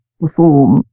perform